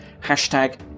Hashtag